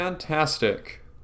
Fantastic